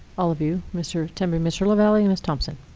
all of you, mr. temby, mr. lavalley, and ms thompson.